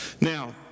Now